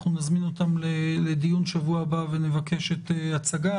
אנחנו נזמין אותם לדיון שבוע הבא ונבקש הצגה.